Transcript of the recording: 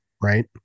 right